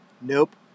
Nope